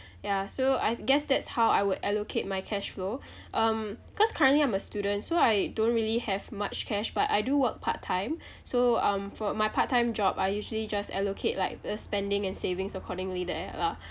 ya so I guess that's how I will allocate my cash flow um cause currently I'm a student so I don't really have much cash but I do work part time so um for my part time job I usually just allocate like the spending and savings accordingly there lah